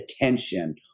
attention